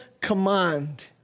command